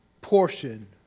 portion